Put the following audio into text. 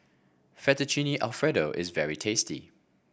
Fettuccine Alfredo is very tasty